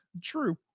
true